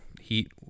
Heat